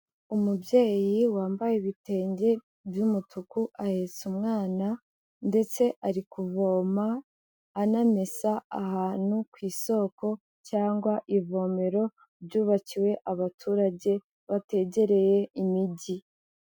Umubyeyi wambaye ibitenge by'umutuku ahetse umwana ndetse ari kuvoma anamesa ahantu ku isoko cyangwa ivomero, byubakiwe abaturage bategereye imigi.